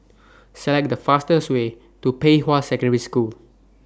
Select The fastest Way to Pei Hwa Secondary School